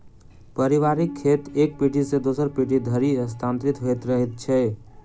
पारिवारिक खेत एक पीढ़ी सॅ दोसर पीढ़ी धरि हस्तांतरित होइत रहैत छै